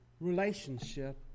relationship